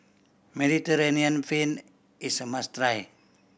Mediterranean Penne is a must try